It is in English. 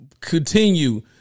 continue